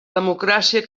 democràcia